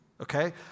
okay